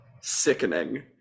Sickening